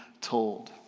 told